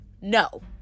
No